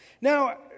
Now